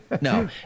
No